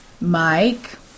Mike